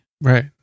Right